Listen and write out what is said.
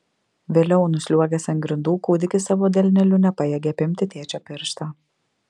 vėliau nusliuogęs ant grindų kūdikis savo delneliu nepajėgė apimti tėčio piršto